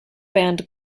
band